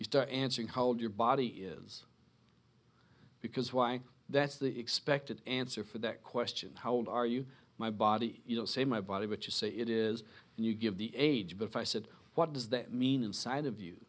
you start answering how old your body is because why that's the expected answer for that question how old are you my body you know say my body but you say it is and you give the age before i said what does that mean inside of you